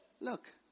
Look